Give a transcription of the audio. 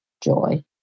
joy